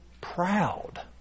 proud